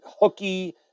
hooky